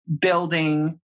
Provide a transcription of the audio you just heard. building